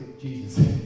Jesus